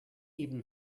even